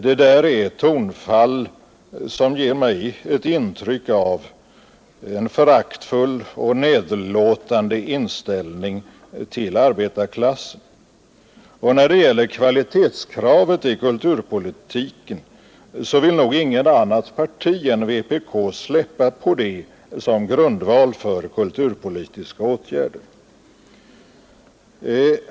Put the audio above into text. Detta är tonfall som ger mig ett intryck av en föraktfull och nedlåtande inställning till arbetarklassen. När det gäller kvalitetskravet i kulturpolitiken vill nog inget annat parti än vpk släppa efter på det som grundval för kulturpolitiska åtgärder.